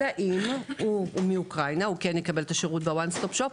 אלא אם הוא מאוקראינה הוא כן יקבל את השירות בוואן סטופ שופ,